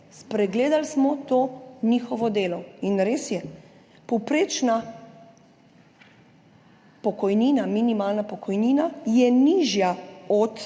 Spregledali smo to njihovo delo. In res je povprečna pokojnina, minimalna pokojnina je nižja od